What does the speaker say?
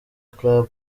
club